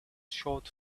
showed